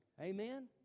amen